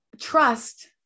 trust